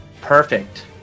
Perfect